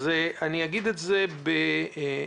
אני אציין את הנתונים,